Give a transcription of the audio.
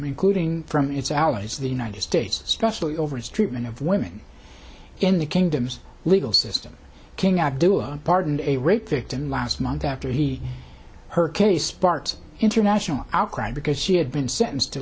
including from its allies the united states especially over its treatment of women in the kingdom's legal system king outdoing pardoned a rape victim last month after he her case sparked international outcry because she had been sentenced to